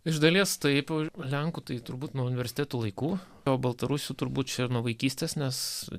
iš dalies taip lenkų tai turbūt nuo universitetų laikų o baltarusių turbūt nuo vaikystės nes